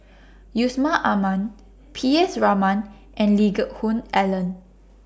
Yusman Aman P S Raman and Lee Geck Hoon Ellen